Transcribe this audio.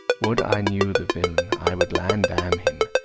would i knew the villain, i would land-damn him.